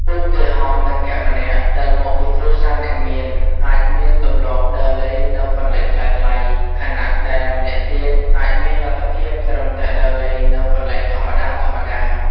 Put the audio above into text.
ឧទាហរណ៍ មិត្តភក្តិម្នាក់ដែលមកពីគ្រួសារអ្នកមានអាចមានទម្លាប់ដើរលេងនៅកន្លែងថ្លៃៗ ខណៈដែលម្នាក់ទៀតអាចមានលទ្ធភាពត្រឹមតែដើរលេងនៅកន្លែងធម្មតាៗ។